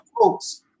folks